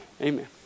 Amen